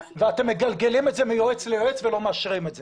ואתם מגלגלים את זה מיועץ ליועץ ולא מאשרים את זה.